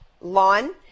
lawn